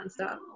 nonstop